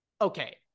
Okay